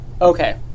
Okay